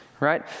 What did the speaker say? right